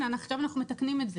עכשיו אנחנו מתקנים את זה,